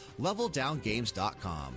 leveldowngames.com